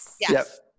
Yes